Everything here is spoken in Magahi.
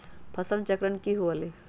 फसल चक्रण की हुआ लाई?